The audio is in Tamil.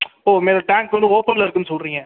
ஓ மேலே டேங்க் வந்து ஒப்பன்ல இருக்குதுன்னு சொல்கிறீங்க